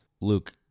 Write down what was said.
Luke